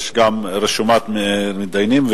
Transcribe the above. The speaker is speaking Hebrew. יש גם רשימת מתדיינים.